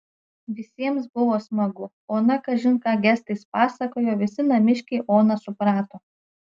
visiems buvo smagu ona kažin ką gestais pasakojo visi namiškiai oną suprato